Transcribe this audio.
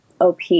op